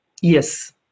yes